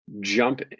jump